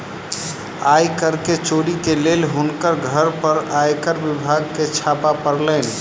आय कर के चोरी के लेल हुनकर घर पर आयकर विभाग के छापा पड़लैन